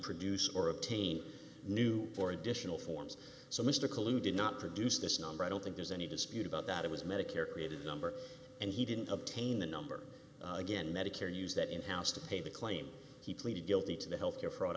produce or obtain new for additional forms so mr collude did not produce this number i don't think there's any dispute about that it was medicare created number and he didn't obtain the number again medicare use that in house to pay the claims he pleaded guilty to the health care fraud